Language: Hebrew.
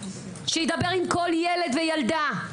שידבר עם כל ילד וילדה.